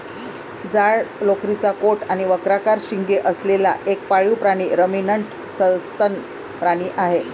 जाड लोकरीचा कोट आणि वक्राकार शिंगे असलेला एक पाळीव प्राणी रमिनंट सस्तन प्राणी आहे